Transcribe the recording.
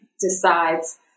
decides